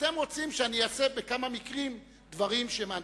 אתם רוצים שאני אעשה בכמה מקרים דברים שהם אנטי-דמוקרטיים.